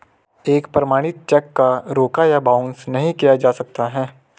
एक प्रमाणित चेक को रोका या बाउंस नहीं किया जा सकता है